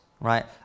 right